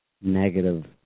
negative